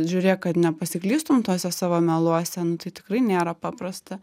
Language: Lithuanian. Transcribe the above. žiūrėk kad nepasiklystum tuose savo meluose nu tai tikrai nėra paprasta